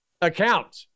account